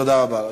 תודה רבה.